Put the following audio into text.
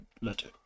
letter